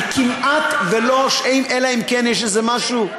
אני כמעט לא, אלא אם כן יש איזה משהו.